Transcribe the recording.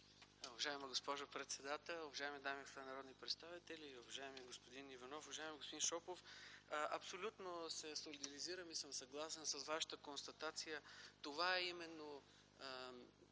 Уважаема госпожо председател, уважаеми дами и господа народни представители! Уважаеми господин Иванов, уважаеми господин Шопов, абсолютно се солидаризирам и съм съгласен с вашата констатация. Това е голямото